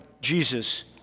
Jesus